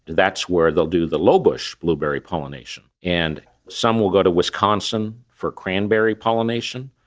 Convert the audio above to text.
that's where they'll do the low bush blueberry pollination, and some will go to wisconsin for cranberry pollination,